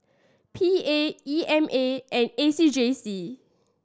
P A E M A and A C J C